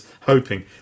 hoping